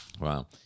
Wow